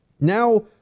Now